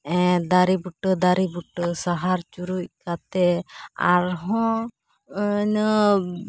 ᱫᱟᱨᱮ ᱵᱩᱴᱟᱹ ᱫᱟᱨᱮ ᱵᱩᱴᱟᱹ ᱥᱟᱦᱟᱨ ᱪᱩᱨᱩᱡ ᱠᱟᱛᱮ ᱟᱨᱦᱚᱸ ᱤᱱᱟᱹ